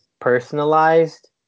personalized